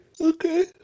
Okay